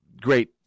Great